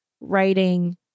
writing